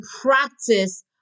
practice